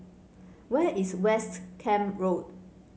where is West Camp Road